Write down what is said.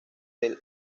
del